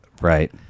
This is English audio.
Right